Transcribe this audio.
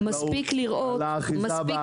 על האכיפה בארץ אני מכיר את הסיפור הכואב שלו.